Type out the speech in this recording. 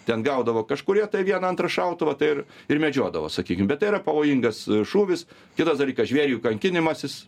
ten gaudavo kažkurie tai vieną antrą šautuvą tai ir ir medžiodavo sakykim bet tai yra pavojingas šūvis kitas dalykas žvėrių kankinimasis